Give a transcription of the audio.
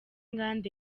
inganda